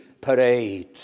parade